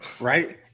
Right